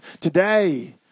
Today